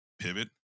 pivot